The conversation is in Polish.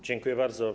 Dziękuję bardzo.